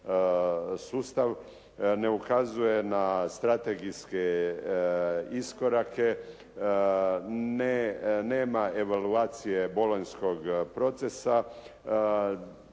sustav, ne ukazuje na strategijske iskorake, nema evaluacije Bolonjskog procesa,